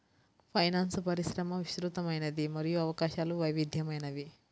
finance పరిశ్రమ విస్తృతమైనది మరియు అవకాశాలు వైవిధ్యమైనవి